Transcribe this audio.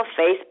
Facebook